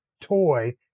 toy